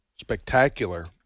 spectacular